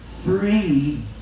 three